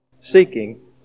seeking